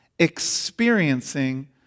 experiencing